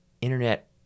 internet